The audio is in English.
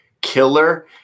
killer